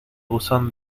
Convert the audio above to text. buzón